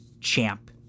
Champ